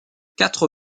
quatre